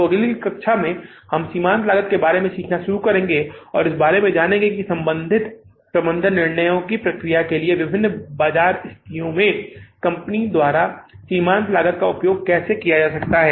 तो अगली कक्षा में हम सीमांत लागत के बारे में सीखना शुरू करेंगे और इस बारे में जानेंगे कि संबंधित प्रबंधन निर्णय लेने की प्रक्रियाओं के लिए विभिन्न बाजार स्थितियों में कंपनियों द्वारा सीमांत लागत का उपयोग कैसे किया जा सकता है